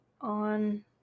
on